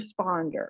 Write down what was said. responder